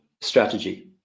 strategy